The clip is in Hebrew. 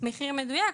מחיר מדויק,